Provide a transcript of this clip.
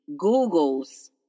Googles